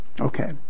Okay